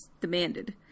demanded